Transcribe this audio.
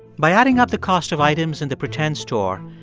by adding up the cost of items in the pretend store,